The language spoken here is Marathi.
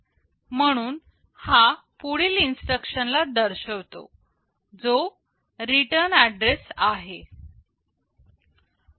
म्हणून हा पुढील इन्स्ट्रक्शन ला दर्शवतो जो रिटर्न ऍड्रेस आहे